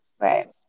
Right